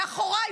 מאחוריי,